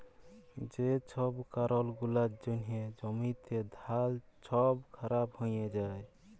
যে ছব কারল গুলার জ্যনহে জ্যমিতে ধাল ছব খারাপ হঁয়ে যায়